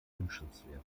wünschenswert